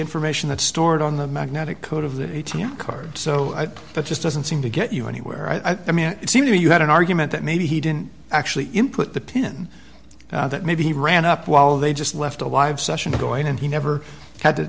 information that's stored on the magnetic coat of the a t m card so that just doesn't seem to get you anywhere i mean it seems you had an argument that maybe he didn't actually input the pin that maybe he ran up while they just left a wife session going and he never had to